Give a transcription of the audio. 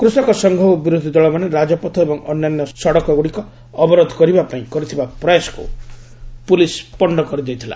କୃଷକ ସଂଘ ଓ ବିରୋଧୀ ଦଳମାନେ ରାଜପଥ ଏବଂ ଅନ୍ୟାନ୍ୟ ସଡ଼କଗୁଡ଼ିକୁ ଅବରୋଧ କରିବାପାଇଁ କରିଥିବା ପ୍ରୟାସକୁ ପୁଲିସ୍ ପଶ୍ଚ କରିଦେଇଥିଲା